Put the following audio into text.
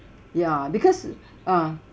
ya because uh